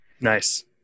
Nice